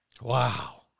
Wow